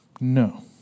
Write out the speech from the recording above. No